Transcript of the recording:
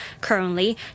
Currently